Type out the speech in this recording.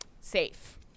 Safe